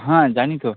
হ্যাঁ জানি তো